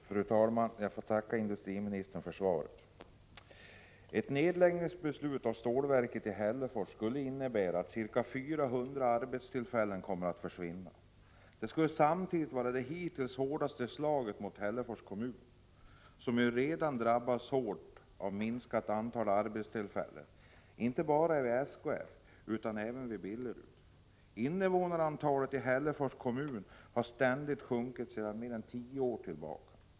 Fru talman! Jag får tacka industriministern för svaret. Ett beslut om nedläggning av stålverket i Hällefors skulle innebära att ca 400 arbetstillfällen försvinner. Det skulle samtidigt vara det hittills hårdaste slaget mot Hällefors kommun, som redan drabbats svårt av ett minskat antal arbetstillfällen, inte bara vid SKF utan även vid Billerud. Invånarantalet i Hällefors kommun har sjunkit i mer än tio år.